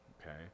Okay